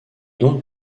donc